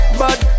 bad